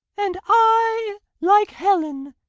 and i like helen,